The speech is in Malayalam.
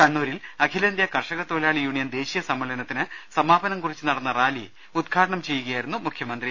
കണ്ണൂരിൽ അഖിലേ ന്ത്യാ കർഷക തൊഴിലാളി യൂണിയൻ ദേശീയ സമ്മേളനത്തിന് സമാപനം കുറിച്ച് നടന്ന റാലി ഉദ്ഘാടനം ചെയ്യുകയായിരുന്നു മുഖ്യമന്ത്രി